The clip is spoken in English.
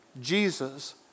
Jesus